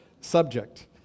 subject